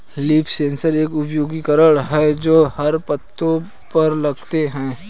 leaf sensor एक उपकरण है जो की हम पत्तो पर लगाते है